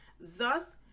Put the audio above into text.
thus